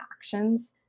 actions